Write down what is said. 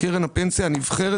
קרן הפנסיה הנבחרת.